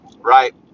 Right